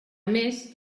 més